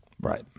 Right